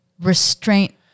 restraint